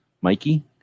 Mikey